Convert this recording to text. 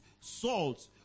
salt